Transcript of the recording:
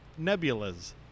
Nebulas